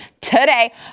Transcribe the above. today